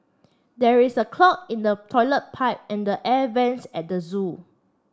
there is a clog in the toilet pipe and the air vents at the zoo